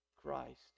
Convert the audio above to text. Christ